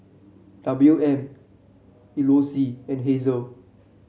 W M Elouise and Hazel